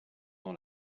dans